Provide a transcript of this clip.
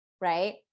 right